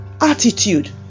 attitude